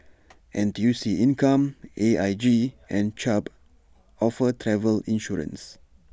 N T U C income A I G and Chubb offer travel insurance